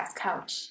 couch